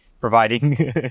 providing